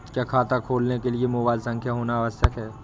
क्या खाता खोलने के लिए मोबाइल संख्या होना आवश्यक है?